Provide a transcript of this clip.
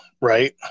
Right